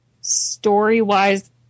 story-wise